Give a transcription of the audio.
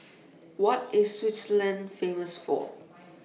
What IS Switzerland Famous For